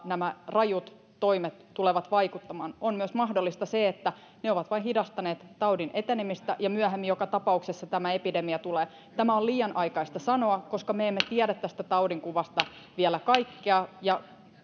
nämä rajut toimet lopulta tulevat vaikuttamaan on mahdollista myös se että ne ovat vain hidastaneet taudin etenemistä ja myöhemmin joka tapauksessa tämä epidemia tulee tätä on liian aikaista sanoa koska me emme tiedä tästä taudinkuvasta vielä kaikkea